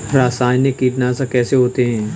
रासायनिक कीटनाशक कैसे होते हैं?